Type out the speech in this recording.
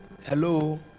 Hello